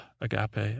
Agape